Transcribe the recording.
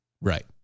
Right